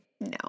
no